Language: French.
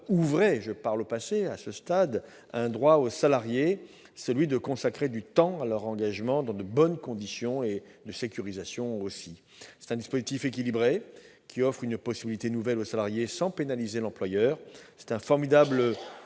ouvrait- je parle à ce stade au passé -un droit aux salariés, celui de consacrer du temps à leur engagement dans de bonnes conditions et dans un cadre sécurisé. Ce dispositif équilibré offre une possibilité nouvelle aux salariés sans pénaliser l'employeur.